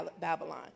Babylon